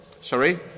Sorry